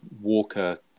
Walker